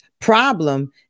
problem